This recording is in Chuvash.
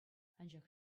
анчах